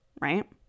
right